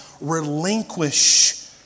Relinquish